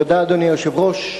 אדוני היושב-ראש,